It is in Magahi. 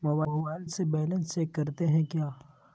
मोबाइल से बैलेंस चेक करते हैं क्या?